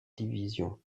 division